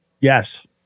Yes